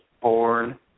born